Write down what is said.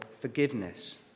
forgiveness